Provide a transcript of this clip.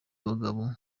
abagabo